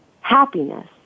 happiness